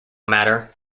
matter